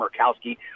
Murkowski